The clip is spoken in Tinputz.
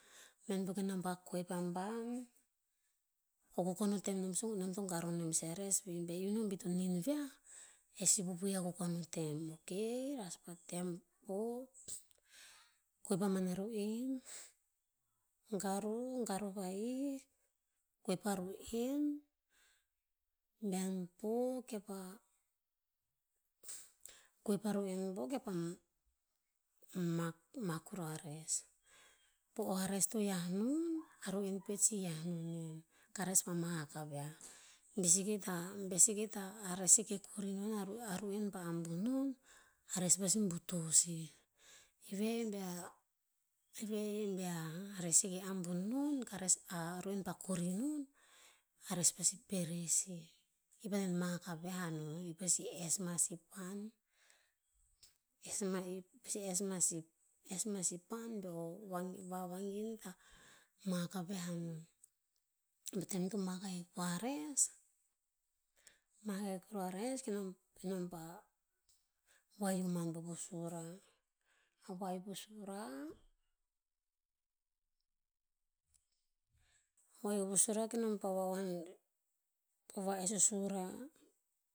Bihain po kenom pa koep aban, o kukon o tem e nom so garuh nom to garuh nem sih a res veh. Be iunom bi to nin viah, e sih pupui ya o kukon o tem. Ok, raspa tem pohkoep aban a ru'en, garuh, garuh nahik, koep a ru'en, bihaen po kepah, keop a ru'en po kepah mak- mak kuruh a res. Pa'eh a res to mak non, a ru'en hia no nen, ke res pah mahak ka viah. Be seke hikta be- be seke hikta, a res seke kori non a- a ru'en pa ambuh non, a res pasi buto sih. Ru'en via- ru'en via a res seke ambuh non ka res a ru'en pah kori non, a res pasi pereh sih. I pah hikta antoen mahak a viah anon i pasi es ma si pan, es nah sih pan be o- o van- vangin hikta mahak a viah anon. Pah tem ito mak ahik pa a res, mak ahik kuruh a res, kenom nom pah, vahio man po- po sura. Vahio po sura kenom pah va'uhuan va'es o sura.